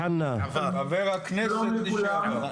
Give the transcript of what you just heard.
חבר הכנסת לשעבר.